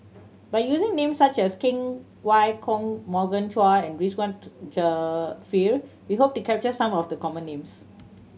by using names such as Cheng Wai Keung Morgan Chua and Ridzwan Dzafir we hope to capture some of the common names